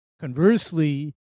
conversely